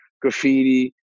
graffiti